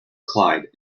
clyde